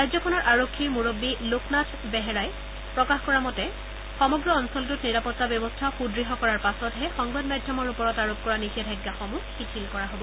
ৰাজ্যখনৰ আৰক্ষীৰ মুৰববী লোকনাথ বেহৰাই প্ৰকাশ কৰা মতে সমগ্ৰ অঞ্চলটোত নিৰাপত্তা ব্যৱস্থা সুদ্ঢ় কৰাৰ পাছতহে সংবাদ মাধ্যমৰ ওপৰত আৰোপ কৰা নিষেধাজ্ঞাসমূহ শিথিল কৰা হ'ব